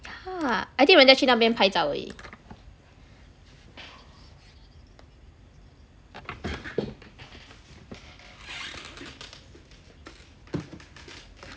!huh! I think 人家去那边拍照而已